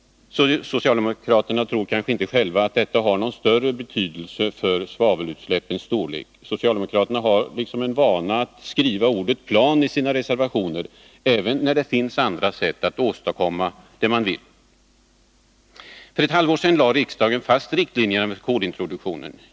Socialdemokraterna tror kanske inte själva att detta har någon större betydelse för svavelutsläppens storlek. Socialdemokraterna har för vana att skriva in ordet plan i sina reservationer, även när det finns andra sätt att åstadkomma det man vill. För ett halvår sedan lade riksdagen fast riktlinjerna för kolintroduktionen.